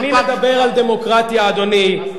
ומי מדבר על דמוקרטיה, אדוני?